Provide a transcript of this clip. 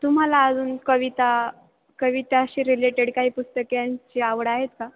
तुम्हाला अजून कविता कविताशी रिलेटेड काही पुस्तके यांची आवड आहे का